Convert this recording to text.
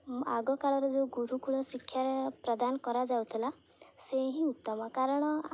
ଆଗକାଳରେ ଯେଉଁ ଗୁରୁକୂଳ ଶିକ୍ଷାରେ ପ୍ରଦାନ କରାଯାଉଥିଲା ସେ ହିଁ ଉତ୍ତମ କାରଣ